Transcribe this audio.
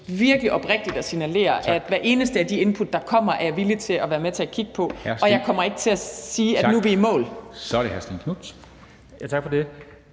virkelig oprigtigt at signalere, at hvert eneste af de input, der kommer, er jeg villig til at være med til at kigge på – og jeg kommer ikke til at sige, at nu er vi i mål. Kl. 13:40 Formanden (Henrik